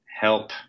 help